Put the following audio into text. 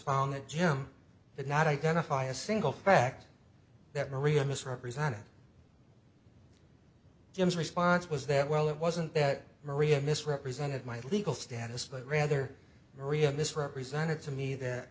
found that jim did not identify a single fact that maria mis represented jim's response was that well it wasn't that maria misrepresented my legal status but rather maria misrepresented to me that